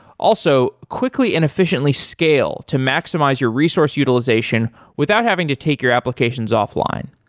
also, quickly and efficiently scale to maximize your resource utilization without having to take your applications offline.